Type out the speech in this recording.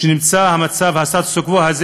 שנמצא המצב, הסטטוס-קוו הזה